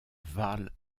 valent